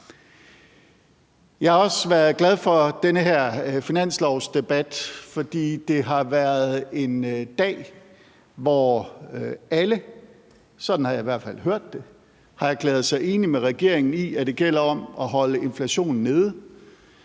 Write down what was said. Jeg har også været glad for den her finanslovsdebat, fordi det har været en dag, hvor alle – sådan har jeg i hvert fald hørt det – har erklæret sig enige med regeringen i, at det gælder om at holde inflationen nede.